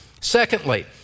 Secondly